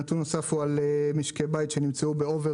נתון נוסף הוא על מספר משקי הבית שנמצאו באוברדרפט